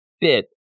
bit